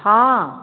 हँ